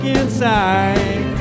inside